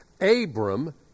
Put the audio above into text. Abram